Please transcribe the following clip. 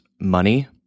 money –